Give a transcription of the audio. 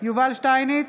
יובל שטייניץ,